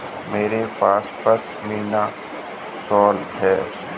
मेरे पास पशमीना शॉल है